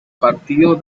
partido